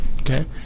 Okay